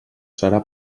serà